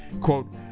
Quote